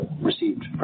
received